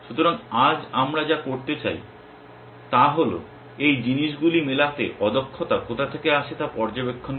সুতরাং আজ আমরা যা করতে চাই তা হল এই জিনিসগুলি মেলাতে অদক্ষতা কোথা থেকে আসে তা পর্যবেক্ষণ করা